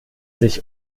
sich